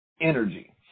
energy